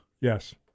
Yes